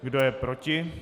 Kdo je proti?